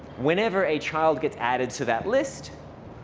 whenever a child gets added to that list,